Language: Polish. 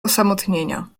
osamotnienia